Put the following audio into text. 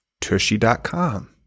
Tushy.com